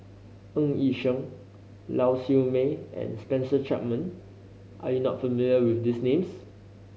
Ng Yi Sheng Lau Siew Mei and Spencer Chapman are you not familiar with these names